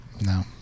No